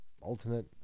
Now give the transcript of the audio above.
alternate